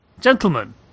Gentlemen